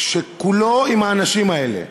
שכולו עם האנשים האלה.